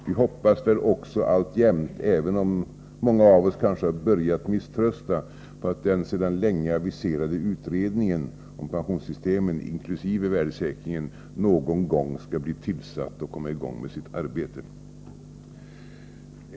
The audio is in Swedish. Vi hoppas också alltjämt, även om många av oss har börjat misströsta, att den sedan länge aviserade utredningen om pensionssystemen inkl. värdesäkringen någon gång skall bli tillsatt och komma i gång med sitt arbete.